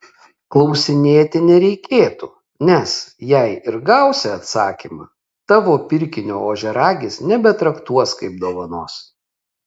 klausinėti nereikėtų nes jei ir gausi atsakymą tavo pirkinio ožiaragis nebetraktuos kaip dovanos